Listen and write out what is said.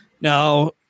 Now